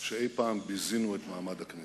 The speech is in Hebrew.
שאי-פעם ביזינו את מעמד הכנסת.